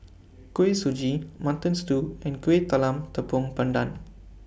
Kuih Suji Mutton Stew and Kueh Talam Tepong Pandan